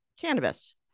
cannabis